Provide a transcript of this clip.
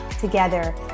together